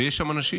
ויש שם אנשים